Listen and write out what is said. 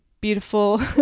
beautiful